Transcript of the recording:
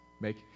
Make